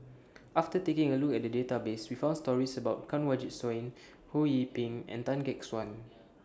after taking A Look At The Database We found stories about Kanwaljit Soin Ho Yee Ping and Tan Gek Suan